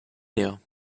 nähe